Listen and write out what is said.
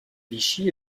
vichy